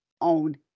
own